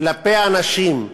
כלפי אנשים,